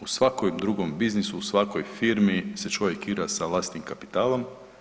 U svakom drugom biznisu, u svakoj firmi se čovjek igra sa vlastitim kapitalom.